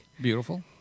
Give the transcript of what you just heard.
Beautiful